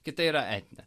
kita yra etninė